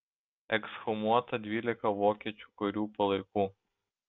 ekshumuota dvylika vokiečių karių palaikų